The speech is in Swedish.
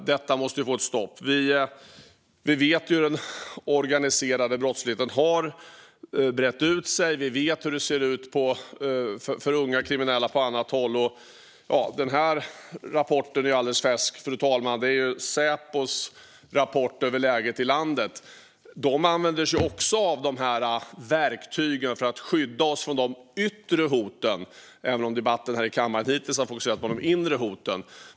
Detta måste få ett stopp. Vi vet hur den organiserade brottsligheten har brett ut sig. Vi vet hur det ser ut för unga kriminella på olika håll. Fru talman! Säpo har kommit med en alldeles färsk rapport över läget i landet. De använder sig av de här verktygen även för att skydda oss från de yttre hoten; debatten här i kammaren har hittills fokuserat på de inre hoten.